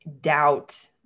doubt